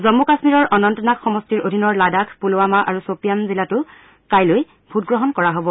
জম্মু কাশ্মীৰৰ অনন্তনাগ সমষ্টিৰ অধীনৰ লাদাখ পুলৱামা আৰু ছপিয়ান জিলাতো কাইলৈ ভোটগ্ৰহণ কৰা হব